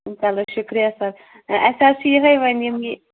چلو شُکرِیہ سَر اَسہِ حظ چھِ یِہٕے وۄنۍ یِم یہِ